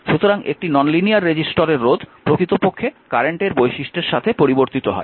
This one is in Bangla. সুতরাং একটি নন লিনিয়ার রেজিস্টরের রোধ প্রকৃতপক্ষে কারেন্টের বৈশিষ্ট্যের সাথে পরিবর্তিত হয়